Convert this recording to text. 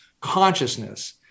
consciousness